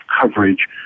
coverage